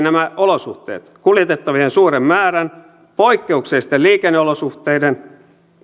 nämä olosuhteet kuljetettavien suuren määrän poikkeuksellisten liikenneolosuhteiden